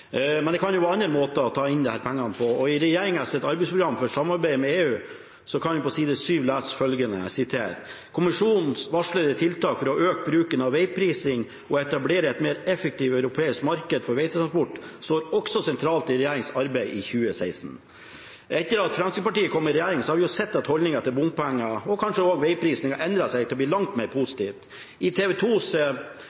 Men det kan jo være andre måter å ta inn disse pengene på. I regjeringens arbeidsprogram for samarbeidet med EU kan man på side 7 lese følgende: «Kommisjonens varslede tiltak for å øke bruken av veiprising og etablere et mer effektivt europeisk marked for veitransport står også sentralt i regjeringens arbeid i 2016.» Etter at Fremskrittspartiet kom i regjering, har vi sett at holdningen til bompenger – og kanskje også til veiprising – har endret seg til å bli langt mer